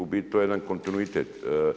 U biti to je jedan kontinuitet.